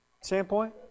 standpoint